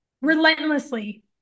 relentlessly